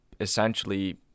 essentially